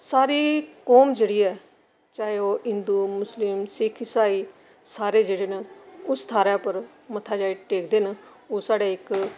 सारी कोम जेह्ड़ी ऐ चाहे ओह् हिंदू मुस्लिम सिक्ख इसाई सारे जेह्डे़ न उस थ्हारै उप्पर मत्था जाई टेकदे न ओह् साढ़े इक